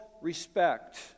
respect